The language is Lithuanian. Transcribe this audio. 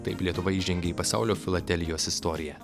taip lietuva įžengė į pasaulio filatelijos istoriją